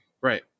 Right